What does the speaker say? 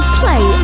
play